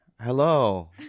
Hello